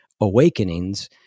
awakenings